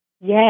Yes